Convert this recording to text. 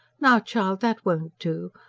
now, child, that won't do.